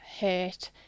hurt